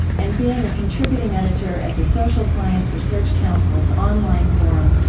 and being a contributing editor at the social science research council's online forum,